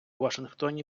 вашингтоні